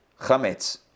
Chametz